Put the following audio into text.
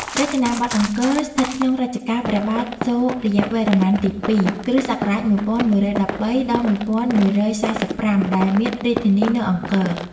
រចនាបថអង្គរ ស្ថិតក្នុងរជ្ជកាលព្រះបាទសូរ្យវរន្ម័ន ទី ២ គ.ស. ១១១៣ – ១១៤៥ ដែលមានរាជធានី នៅអង្គរ។